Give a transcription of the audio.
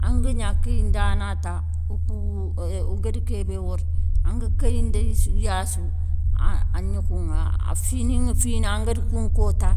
Angagna kéyindana ta o kou ogada kébé wori, anga kéyindi ya sou a gnokhou ŋa, fini ŋa fini angada kounko ta